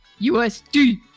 USD